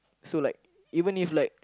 so like even if like